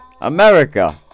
America